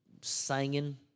singing